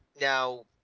Now